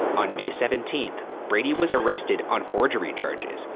on may seventeenth, brady was arrested on forgery charges,